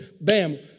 bam